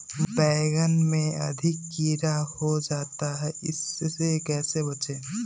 बैंगन में अधिक कीड़ा हो जाता हैं इससे कैसे बचे?